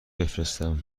بفرستم